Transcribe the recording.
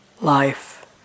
life